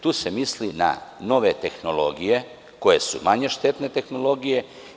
Tu se misli na nove tehnologije koje su manje štetne tehnologije.